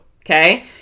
okay